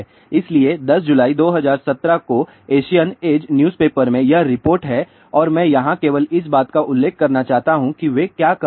इसलिए 10 जुलाई 2017 को एशियन एज न्यूज़पेपर में यह रिपोर्ट है और मैं यहां केवल इस बात का उल्लेख करना चाहता हूं कि वे क्या कह रहे हैं